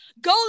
Go